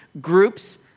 groups